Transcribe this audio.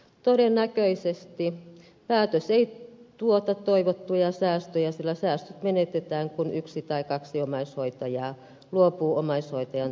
todennäköisesti päätös ei tuota toivottuja säästöjä sillä säästöt menetetään kun yksi tai kaksi omaishoitajaa luopuu omaishoitajan tärkeästä tehtävästä